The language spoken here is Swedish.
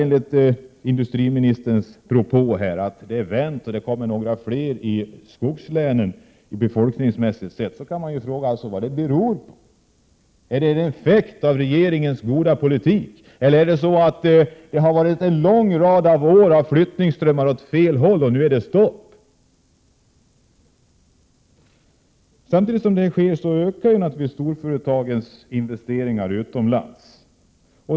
Enligt industriministerns propå här i dag har utvecklingen vänt. Det är fler som flyttar till skogslänen. Vad kan det bero på? Är det en effekt av regeringens goda politik? Eller är det stopp för alla flyttströmmar som under flera år har gått åt fel håll? Samtidigt ökar naturligtvis storföretagens investeringar utomlands.